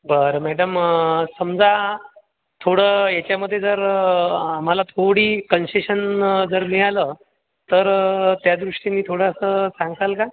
बरं मॅडम समजा थोडं याच्यामध्ये जर आम्हाला थोडी कन्सेशन जर मिळालं तर त्यादृष्टीने थोडंसं सांगाल का